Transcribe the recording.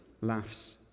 laughs